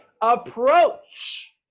approach